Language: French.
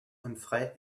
humphrey